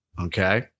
Okay